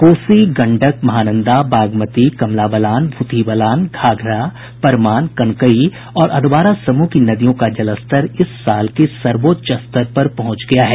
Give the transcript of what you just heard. कोसी गंडक महानंदा बागमती कमला बलान भूतही बलान घाघरा परमान कनकई और अधवारा समूह की नदियों का जलस्तर इस साल के सर्वोच्च स्तर पर पहुंच गया है